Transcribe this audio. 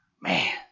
Man